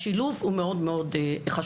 השילוב הוא מאוד מאוד חשוב.